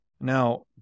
Now